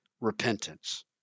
repentance